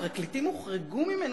הפרקליטים הוחרגו ממנו,